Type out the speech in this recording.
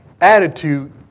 attitude